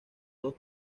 dos